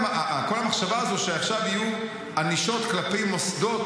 כל המחשבה הזאת שעכשיו יהיו ענישות כלפי מוסדות,